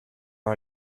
are